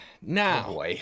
Now